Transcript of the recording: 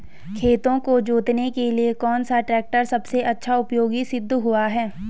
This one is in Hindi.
खेतों को जोतने के लिए कौन सा टैक्टर सबसे अच्छा उपयोगी सिद्ध हुआ है?